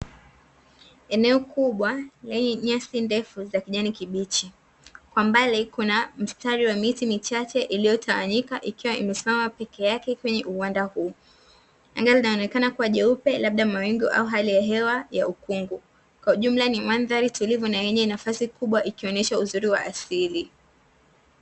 Eneo kubwa lenye nyasi ndefu za kijani kibichi, kwa mbali Kuna mstari wa miti michache iliyotawanyika ikiwa imesimama pekee yake kwenye uwanda huu. Eneo linaonekana kuwa jeupe labda mawingu au hali ya hewa ya ukungu, kwa ujumla ni madhari yenye nafasi kubwa na ikionyesha uzuri wa asili.